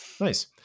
Nice